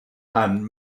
and